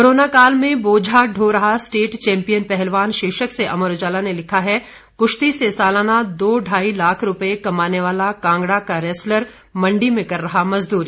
corona काल में बोझा ढो रहा स्टेट चैंपियन पहलवान शीर्षक से अमर उजाला ने लिखा है कुश्ती से सालाना दो ढाई लाख रुपये कमाने वाला कांगड़ा का रेसलर मंडी में कर रहा मजदूरी